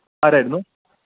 എന്നാ ഉണ്ട് വിശേഷം